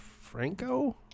Franco